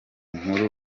nkuru